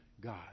God